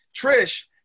Trish